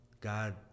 God